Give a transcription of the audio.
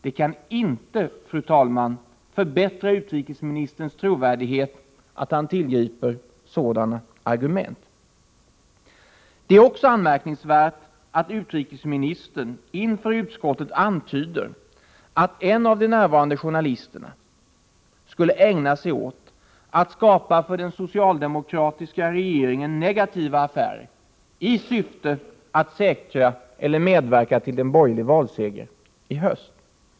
Det kan inte, fru talman, förbättra utrikesministerns trovärdighet att han tillgriper sådana argument. Det är också anmärkningsvärt att utrikesministern inför utskottet antyder att en av de närvarande journalisterna skulle ägna sig åt att skapa för den socialdemokratiska regeringen negativa affärer i syfte att säkra eller medverka till en borgerlig valseger i höst.